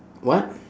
what